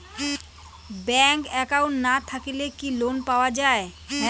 Bank account না থাকিলে কি লোন পাওয়া য়ায়?